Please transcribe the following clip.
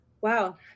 Wow